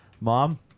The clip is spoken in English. Mom